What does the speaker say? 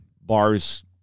bars